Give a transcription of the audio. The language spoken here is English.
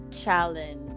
challenge